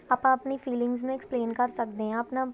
ਆਪਾਂ ਆਪਣੀ ਫੀਲਿੰਗਸ ਨੂੰ ਐਕਸਪਲੇਨ ਕਰ ਸਕਦੇ ਹਾਂ ਆਪਣਾ